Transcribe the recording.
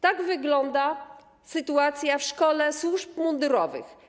Tak wygląda sytuacja w szkole służb mundurowych.